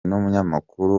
n’umunyamakuru